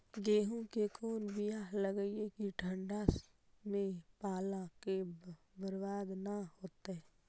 गेहूं के कोन बियाह लगइयै कि ठंडा में पाला से बरबाद न होतै?